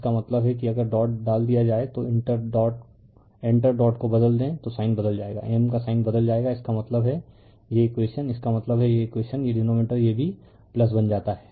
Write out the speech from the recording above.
इसका मतलब है कि अगर डॉट डाल दिया जाए तो इंटर डॉट को बदल दें तो साइन बदल जाएगा M का साइन बदल जाएगा इसका मतलब है ये इकवेशन इसका मतलब है ये इकवेशन ये डिनोमिनेटर यह भी बन जाता है